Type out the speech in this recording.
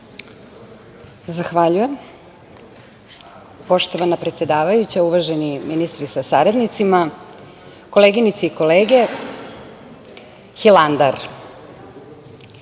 Zahvaljujem. Poštovana predsedavajuća, uvaženi ministri sa saradnicima, koleginice i kolege - Hilandar. Da